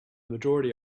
majority